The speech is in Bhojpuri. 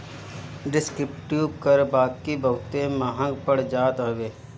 डिस्क्रिप्टिव कर बाकी बहुते महंग पड़ जात हवे